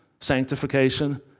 Sanctification